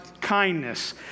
kindness